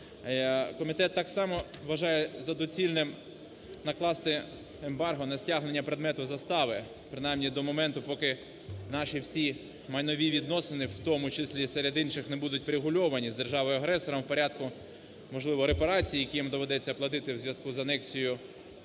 Комітет так само вважає за доцільне накласти ембарго на стягнення предмету застави, принаймні до моменту поки наші всі майнові відносини, в тому числі серед інших, не будуть врегульовані з державою-агресором в порядку, можливо, репарації, якій доведеться платити у зв'язку з анексією,